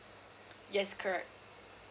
yes correct